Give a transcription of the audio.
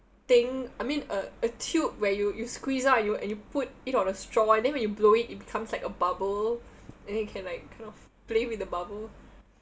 thing I mean a a tube where you you squeeze out and you and you put it on a straw then when you blow it becomes like a bubble and then you can like kind of play with the bubble